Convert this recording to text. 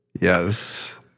yes